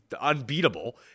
unbeatable